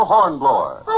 Hornblower